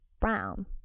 brown